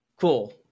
cool